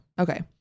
Okay